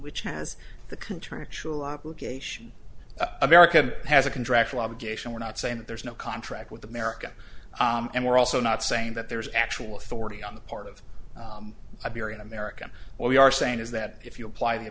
which has the contractual obligation american has a contractual obligation we're not saying that there is no contract with america and we're also not saying that there's actual authority on the part of iberian america or we are saying is that if you apply the